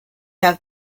have